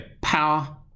Power